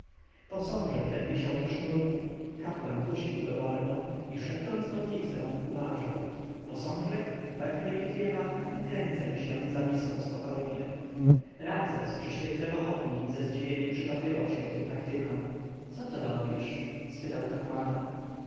posążek ten wisiał na sznurku kapłan puścił go wolno i szepcząc modlitwę uważał posążek po pewnej liczbie wahań i kręceń się zawisnął spokojnie ramzes przy świetle pochodni ze ździwieniem przypatrywał się tym praktykom co to robisz spytał kapłana